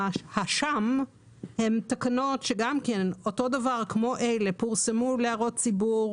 שם הן תקנות שכמו אלה פורסמו להערות ציבור